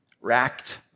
racked